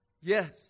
Yes